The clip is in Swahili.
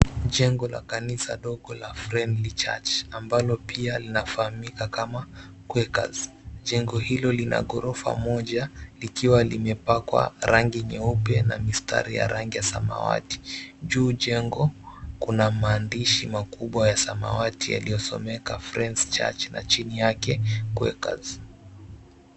Jengo la kanisa dogo la Friendly Church ambalo pia linafahamika kama Quakers. Jengo hilo ni la ghorofa moja likiwa limepakwa rangi nyeupe na mistari ya rangi ya samawati. Juu jengo Kuna mahandishi makubwa ya samawati yaliyosomeka, Friends Church na chini yake, Quakers.